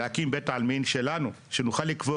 להקים בית עלמין שלנו שנוכל לקבור.